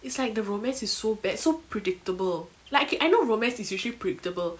it's like the romance is so bad so predictable like ookay I know romance is usually predictable